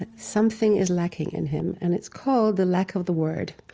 and something is lacking in him and it's called the lack of the word.